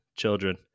children